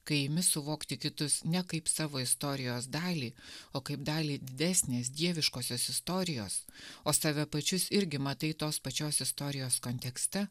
kai imi suvokti kitus ne kaip savo istorijos dalį o kaip dalį didesnės dieviškosios istorijos o save pačius irgi matai tos pačios istorijos kontekste